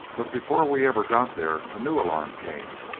but before we ever got there, a new alarm came.